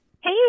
Hey